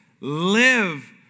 live